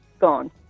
Gone